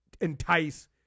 entice